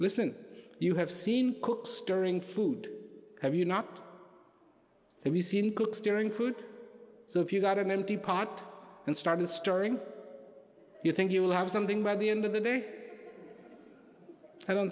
listen you have seen cook storing food have you not he seen cooks during food so if you got an empty pot and started stirring you think you'll have something by the end of the day i don't